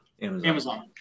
Amazon